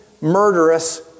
murderous